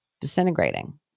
disintegrating